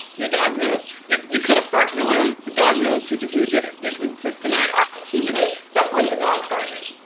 your dog knows. you you cut a fart in a room, the dog knows who did who did it. you can deny ah it. except when the dog farted.